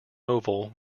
oval